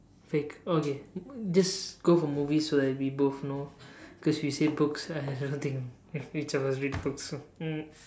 fake okay just go for movies so that we both know cause if you say books I don't think each of us read books so hmm